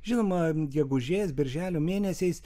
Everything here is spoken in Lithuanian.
žinoma gegužės birželio mėnesiais